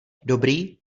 dobrý